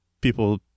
people